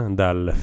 dal